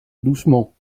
doucement